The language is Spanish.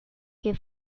que